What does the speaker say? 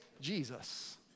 Jesus